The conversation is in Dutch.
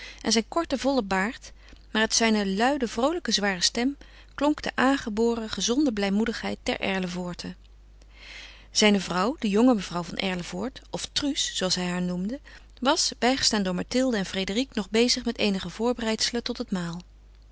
en zijn korten vollen baard maar uit zijne luide vroolijke zware stem klonk de aangeboren gezonde blijmoedigheid der erlevoorten zijne vrouw de jonge mevrouw van erlevoort of truus zooals hij haar noemde was bijgestaan door mathilde en frédérique nog bezig met eenige voorbereidselen tot het maal